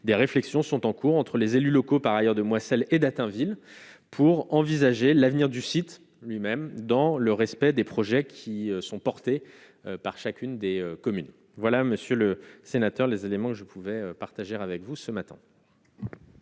des réflexions sont en cours entre les élus locaux, par ailleurs, 2 mois celle et date Hinwil pour envisager l'avenir du site lui- même, dans le respect des projets qui sont portés par chacune des communes, voilà monsieur le sénateur, les éléments, je pouvais partager avec vous ce matin.